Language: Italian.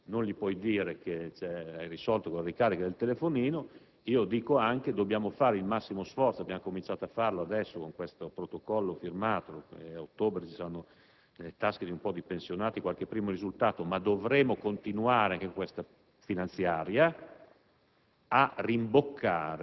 a tre euro, non gli puoi dire che hai risolto con la ricarica del telefonino, affermo anche che dobbiamo operare il massimo sforzo - abbiamo cominciato a farlo adesso con il protocollo firmato e ad ottobre ci sarà nelle tasche di alcuni pensionati qualche primo risultato, ma dovremo continuare anche in questa finanziaria